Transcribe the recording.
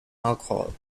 alcohol